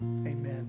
amen